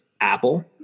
Apple